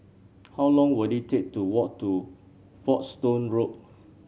how long will it take to walk to Folkestone Road